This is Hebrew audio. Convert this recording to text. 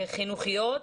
חינוכיות.